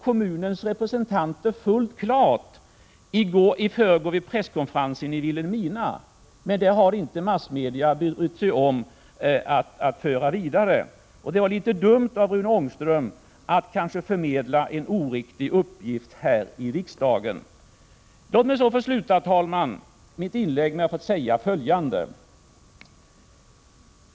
Kommunens representanter gjorde detta fullt klart vid presskonferensen i Vilhelmina i förrgår, men massmedia har inte brytt sig om att föra det vidare. Det var kanske litet dumt av Rune Ångström att förmedla en oriktig uppgift här i riksdagen. Herr talman! Låt mig få avsluta mitt inlägg med att säga följande.